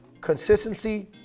consistency